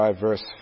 verse